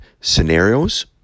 scenarios